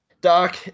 Doc